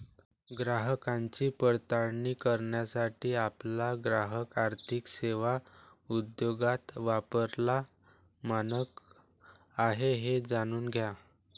ग्राहकांची पडताळणी करण्यासाठी आपला ग्राहक आर्थिक सेवा उद्योगात वापरलेला मानक आहे हे जाणून घ्या